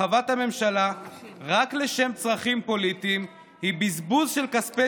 הרחבת הממשלה רק לשם צרכים פוליטיים היא בזבוז של כספי